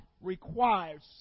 requires